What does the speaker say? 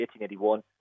1881